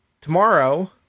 Tomorrow